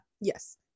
Yes